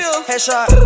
Headshot